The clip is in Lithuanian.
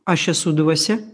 aš esu dvasia